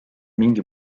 mingi